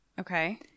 Okay